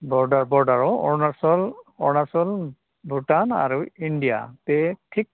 बरदार बरदाराव अरुणाचल अरुणाचल भुटान आरो इण्डिया बे थिग